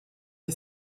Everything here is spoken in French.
est